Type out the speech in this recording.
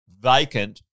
vacant